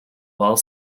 while